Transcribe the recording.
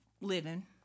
living